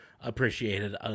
appreciated